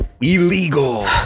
Illegal